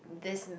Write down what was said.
this